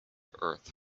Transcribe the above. earth